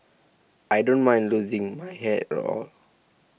I don't mind losing my hair at all